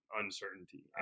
uncertainty